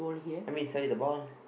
I mean sorry the ball